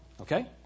Okay